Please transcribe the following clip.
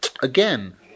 again